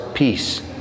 Peace